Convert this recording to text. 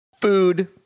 food